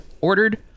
ordered